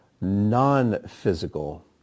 non-physical